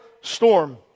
storm